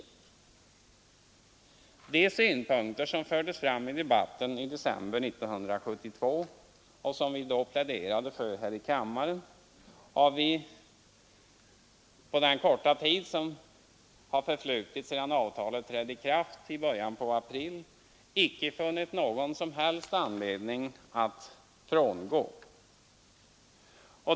De synpunkter, som vi förde fram i debatten i december 1972, har vi under den korta tid som förflutit sedan avtalet trädde i kraft i början av april icke funnit någon som helst anledning att frångå.